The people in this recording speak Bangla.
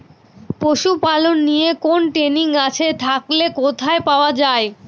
পশুপালন নিয়ে কোন ট্রেনিং আছে থাকলে কোথায় পাওয়া য়ায়?